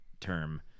term